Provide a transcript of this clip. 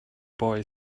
boy